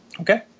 Okay